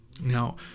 Now